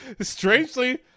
Strangely